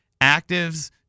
Actives